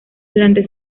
durante